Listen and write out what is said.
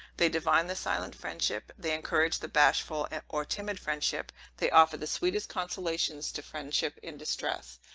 they divine the silent friendship they encourage the bashful and or timid friendship they offer the sweetest consolations to friendship in distress.